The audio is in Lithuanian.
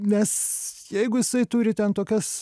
nes jeigu jisai turi ten tokias